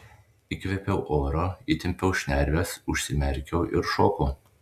įkvėpiau oro įtempiau šnerves užsimerkiau ir šokau